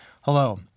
hello